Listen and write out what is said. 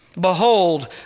Behold